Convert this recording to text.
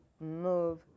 move